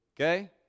Okay